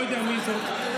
לא יודעת מי זאת.